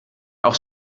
auch